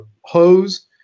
hose